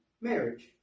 marriage